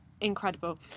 incredible